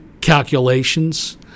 calculations